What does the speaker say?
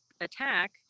attack